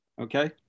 Okay